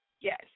yes